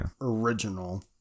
original